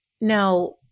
Now